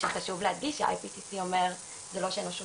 כשחשוב להדגיש שה-IPCC אומר זה לא שהאנושות